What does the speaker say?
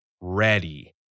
ready